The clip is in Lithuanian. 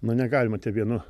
nu negalima te vienu